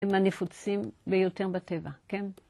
‫הם הנפוצים ביותר בטבע, כן?